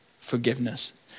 forgiveness